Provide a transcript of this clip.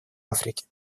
африке